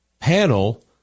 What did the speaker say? Panel